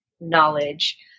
knowledge